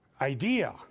idea